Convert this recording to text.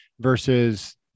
versus